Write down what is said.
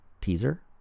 teaser